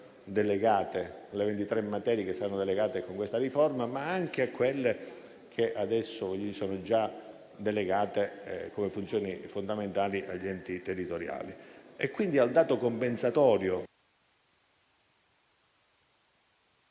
soltanto alle 23 materie che saranno delegate con questa riforma, ma anche a quelle che sono già delegate come funzioni fondamentali agli enti territoriali. Al dato compensatorio